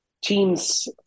teams